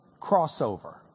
crossover